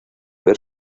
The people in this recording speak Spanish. ver